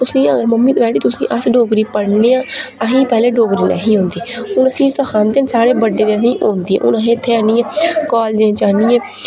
असें अगर mummy daddy तुसें ई डोगरी पढ़ने आं असें ई पैह्लें डोगरी नेहीं औंदी हून असें ई सखांदे न साढ़े औंदी हून असें इत्थै आह्नियै कालेज च आह्नियै